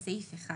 בסעיף 1